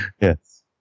Yes